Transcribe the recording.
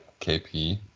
KP